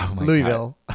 louisville